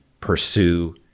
pursue